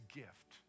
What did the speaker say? gift